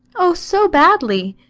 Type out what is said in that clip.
oh, so badly!